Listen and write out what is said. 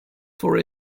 for